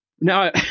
now